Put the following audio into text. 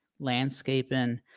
Landscaping